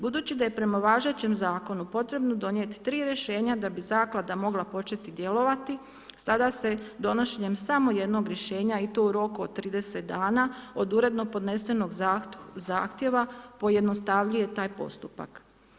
Budući da je prema važećem zakonu potrebno donijeti tri rješenja da bi zaklada mogla početi djelovati sada se donošenjem samo jednog rješenja i to u roku od 30 dana od uredno podnesenog zahtjeva pojednostavljuje taj postupak.